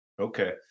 Okay